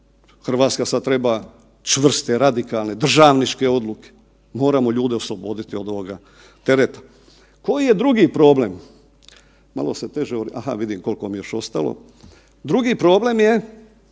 Hrvatska sada treba čvrste, radikalne, državničke odluke, moramo ljude osloboditi od ovoga tereta. Koji je drugi problem? Drugi problem je